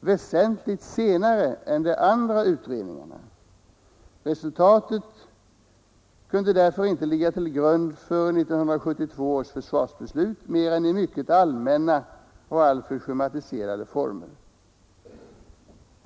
väsentligt senare än de andra utredningarna. Resultatet kunde därför inte ligga till grund för 1972 års försvarsbeslut mer än i mycket allmänna och alltför schematiska former.